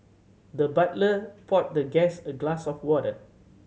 the butler poured the guest a glass of water